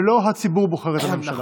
ולא הציבור בוחר את הממשלה.